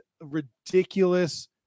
ridiculous